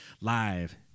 live